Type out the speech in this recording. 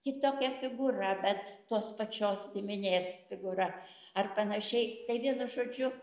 kitokia figūra bet tos pačios giminės figūra ar panašiai tai vienu žodžiu